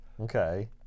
okay